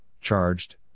charged